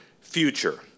future